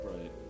Right